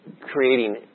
creating